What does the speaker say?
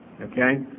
Okay